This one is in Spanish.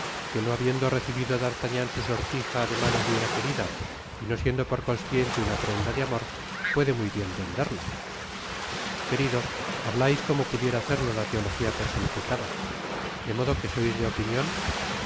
que no habiendo recibido d'artagnan su sortija de manos de una querida y no siendo por consiguiente una prenda de amor puede muy bien venderla querido hablais como pudiera hacerlo la teologia personificada de modo que sois de opiou